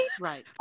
Right